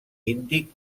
índic